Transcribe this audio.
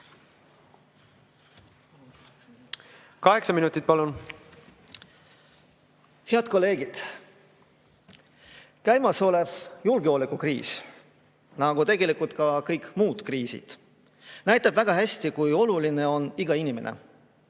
Kaheksa minutit. Head kolleegid! Käimasolev julgeolekukriis, nagu tegelikult ka kõik muud kriisid, näitab väga hästi, kui oluline on iga inimene,